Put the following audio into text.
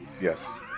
Yes